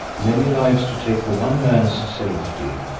many lives to take for one man's safety,